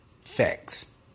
Facts